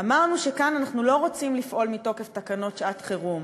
אמרנו שכאן אנחנו לא רוצים לפעול מתוקף תקנות שעת-חירום.